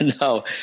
No